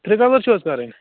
ترٛےٚ کَلَر چھِو حظ کَرٕنۍ